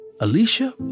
Alicia